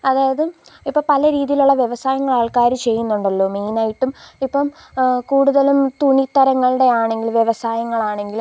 അതായത് ഇപ്പം പല രീതിയിലുള്ള വ്യവസായങ്ങളാൾക്കാർ ചെയ്യുന്നുണ്ടല്ലോ മെയിനായിട്ടും ഇപ്പം കൂടുതലും തുണിത്തരങ്ങളുടെ ആണെങ്കിലും വ്യവസായങ്ങളാണെങ്കിലും